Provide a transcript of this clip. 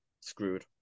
screwed